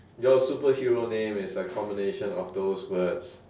your superhero name is a combination of those words